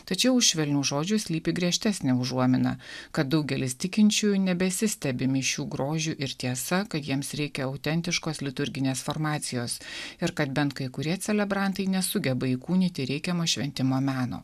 tačiau už švelnių žodžių slypi griežtesnė užuomina kad daugelis tikinčiųjų nebesistebi mišių grožiu ir tiesa kad jiems reikia autentiškos liturginės formacijos ir kad bent kai kurie celebrantai nesugeba įkūnyti reikiamo šventimo meno